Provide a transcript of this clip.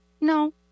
no